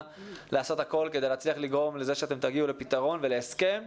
לעשות הכול כדי לגרום לזה שתגיעו לפתרון ולהסכם,